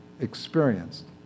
experienced